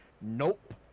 nope